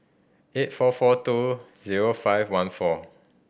eight four four two zero five one four